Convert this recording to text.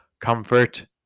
comfort